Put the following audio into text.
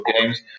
games